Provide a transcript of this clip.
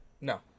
No